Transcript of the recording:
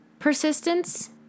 Persistence